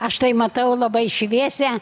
aš tai matau labai šviesią